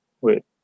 wait